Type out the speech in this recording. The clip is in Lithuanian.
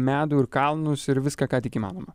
medų ir kalnus ir viską ką tik įmanoma